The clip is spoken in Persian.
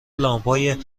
لامپهای